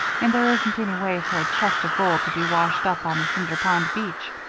and there isn't any way for a chest of gold to be washed up on the cinder pond beach,